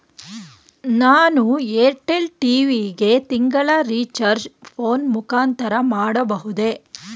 ನಾನು Airtel TV ಗೆ ತಿಂಗಳ ರಿಚಾರ್ಜ್ ಫೋನ್ ಮುಖಾಂತರ ಮಾಡಬಹುದೇ?